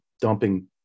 dumping